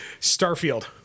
Starfield